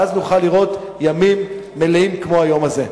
ואז נוכל לראות ימים מלאים כמו היום הזה.